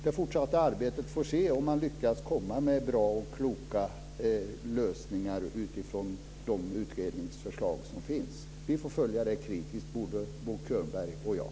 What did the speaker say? Det fortsatta arbetet får visa om man lyckas komma med bra och kloka lösningar utifrån de utredningsförslag som finns. Vi får följa det kritiskt, både Bo Könberg och jag.